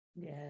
Yes